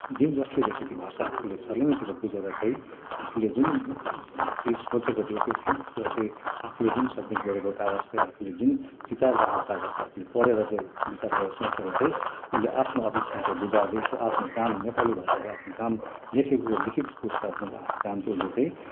जुन जसले लेख्छ त्यो भाषा उसले छर्लङ्ङसित बुझेर चाहिँ आफूले जुन चिज सोचेको थियो त्यो चिजमा चाहिँ आफूले जुन सब्मिट गरेको कागज चाहिँ आफूले जुन चिताएर गएको कागज चाहिँ आफूले पढेर चाहिँ विचार गरेर सोचेर चाहिँ उसले आफ्नो अफिसमा चाहिँ बुझाएर आज उसको आफ्नो काम नेपाली भाषाको आफ्नो काम लेखेको लिखितको साथमा चाहिँ आफ्नो काम चाहिँ उसले चाहिँ